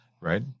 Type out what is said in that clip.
Right